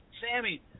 Sammy